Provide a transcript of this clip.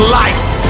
life